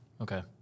Okay